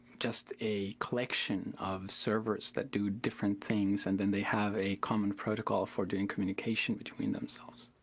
just a collection of servers that do different things and then they have a common protocol for doing communication between themselves.